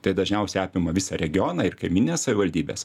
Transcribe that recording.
tai dažniausiai apima visą regioną ir kaimynines savivaldybes